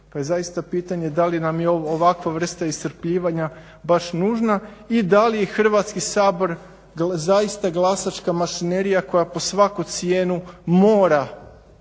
pa je zaista pitanje da li nam je ovo ovakva vrsta iscrpljivanja baš nužda i da li je Hrvatski sabor zaista glasačka mašinerija koja pod svaku cijenu mora